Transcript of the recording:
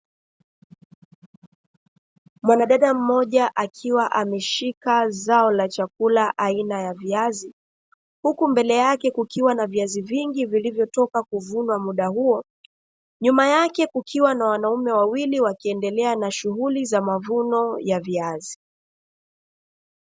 Mwanadada mmoja, akiwaameshika zao la chakula aina ya viazi vingi vilivyochukuliwa wakati wa kuvuna. Muda huo, nyuma yake, kuna wanaume wawili wakiendelea na shughuli za mavuno ya viazi.